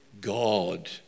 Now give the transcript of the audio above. God